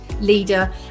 leader